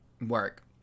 Work